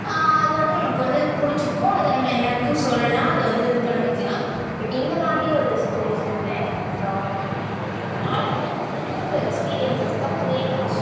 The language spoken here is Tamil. அது வந்து நமக்கு வந்து பிடிச்சிருக்கும் அது நம்ம எல்லாருக்கும் சொல்லலாம் அதை வந்து இது பண்ண வைக்கலாம் பட் இந்த மாதிரி சுட்சிவேஷன்னில் எனக்கு அந்த ப்ராடக்ட்டு ரொம்ப அதனால வந்து எனக்கு நெகட்டிவ் எக்ஸ்பீரியன்ஸஸ் தான் கிரியேட் ஆச்சு